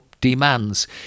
demands